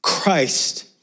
Christ